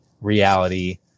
reality